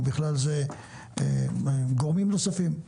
ובכלל זה גורמים נוספים,